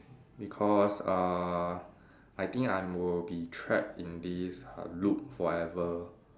because uh I think I'm will be trap in this uh loop forever